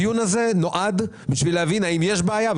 הדיון הזה נועד להבין האם יש בעיה,